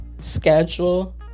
schedule